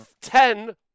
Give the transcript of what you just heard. Ten